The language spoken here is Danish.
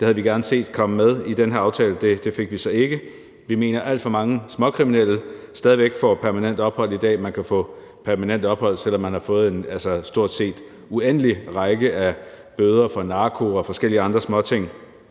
Det havde vi gerne set komme med i den her aftale, men det fik vi så ikke. Vi mener, at alt for mange småkriminelle stadig væk får permanent ophold i dag. Man kan få permanent ophold, selv om man har fået en stort set uendelig række af bøder for narko og forskellige andre småting,